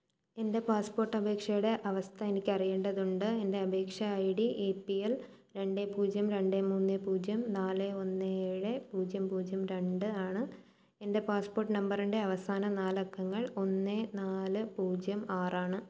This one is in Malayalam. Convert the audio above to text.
എന്റെ പാസ്പ്പോട്ടപേക്ഷയുടെ അവസ്ഥ എനിക്കറിയേണ്ടതുണ്ട് എന്റെ അപേക്ഷാ I D A P L രണ്ട് പൂജ്യം രണ്ട് മൂന്ന് പൂജ്യം നാല് ഒന്ന് ഏഴ് പൂജ്യം പൂജ്യം രണ്ട് ആണ് എന്റെ പാസ്പ്പോട്ട് നമ്പറിന്റെ അവസാന നാലക്കങ്ങൾ ഒന്ന് നാല് പൂജ്യം ആറാണ്